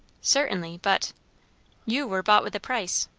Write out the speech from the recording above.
certainly but you were bought with a price